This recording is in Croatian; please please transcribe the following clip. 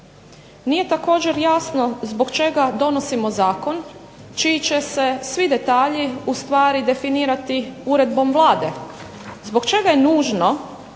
Nije također jasno zbog čega donosimo zakon čiji će se svi detalji ustvari definirati uredbom Vlade, zbog čega je nužno